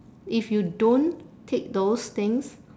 if you don't take those things